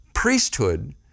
priesthood